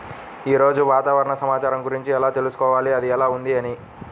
ఈరోజు వాతావరణ సమాచారం గురించి ఎలా తెలుసుకోవాలి అది ఎలా ఉంది అని?